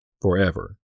forever